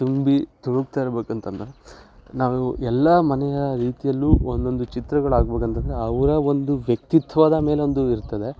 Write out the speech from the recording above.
ತುಂಬಿ ತುಳುಕ್ತಾ ಇರಬೇಕಂತಂದ್ರೆ ನಾವು ಎಲ್ಲ ಮನೆಯ ರೀತಿಯಲ್ಲೂ ಒಂದೊಂದು ಚಿತ್ರಗಳಾಕ್ಬೇಕಂತಂದ್ರೆ ಅವರ ಒಂದು ವ್ಯಕ್ತಿತ್ವದ ಮೇಲೊಂದು ಇರ್ತದೆ